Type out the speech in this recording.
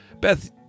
Beth